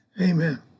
Amen